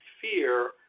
fear